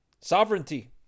sovereignty